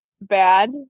bad